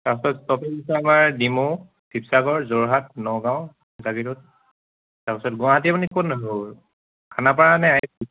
তাৰপিছত ষ্টপেছ আমাৰ ডিমৌ শিৱসাগৰ যোৰহাট নগাঁও জাগীৰোড তাৰপিছত গুৱাহাটী আপুনি ক'ত নামিব বাৰু খানাপাৰানে আই এচ